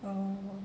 orh